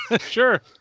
sure